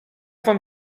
wam